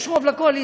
יש רוב לקואליציה,